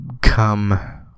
come